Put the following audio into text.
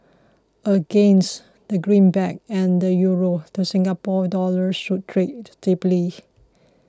against the greenback and the Euro the Singapore Dollar should trade stably